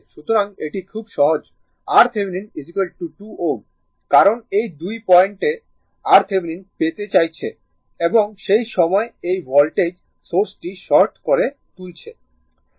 সুতরাং এটি খুব সহজ RThevenin 2 Ω কারণ এই 2 পয়েন্ট RThevenin পেতে চাইছে এবং সেই সময় এই ভোল্টেজ সোর্সটি শর্ট করে তুলছে